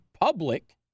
public